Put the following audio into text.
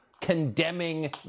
condemning